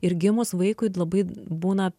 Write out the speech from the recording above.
ir gimus vaikui labai būna